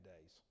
days